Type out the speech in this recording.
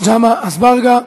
גָ'מעה אזברגה.